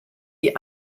die